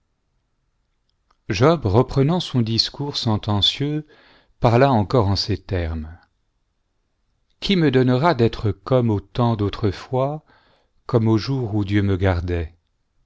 job reprenant son difoours sentencieux parla encore en ces termes qui me donnera d'être comme au temps d'autrefois comme aux jours où dieu me gardait